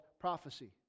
prophecy